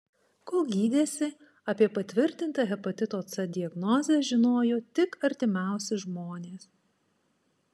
kol gydėsi apie patvirtintą hepatito c diagnozę žinojo tik artimiausi žmonės